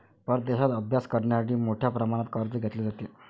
परदेशात अभ्यास करण्यासाठी मोठ्या प्रमाणात कर्ज घेतले जाते